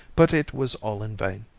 but it was all in vain,